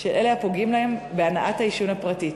של אלה שפוגעים להם בהנאת העישון הפרטית.